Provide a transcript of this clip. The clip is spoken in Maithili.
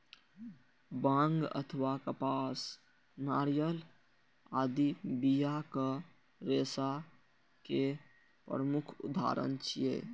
बांग अथवा कपास, नारियल आदि बियाक रेशा के प्रमुख उदाहरण छियै